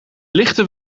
lichten